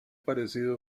parecido